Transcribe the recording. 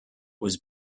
was